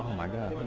my god.